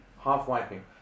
half-wiping